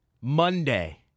Monday